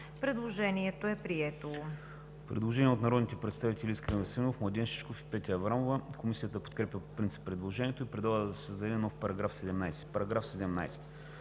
Предложението е прието.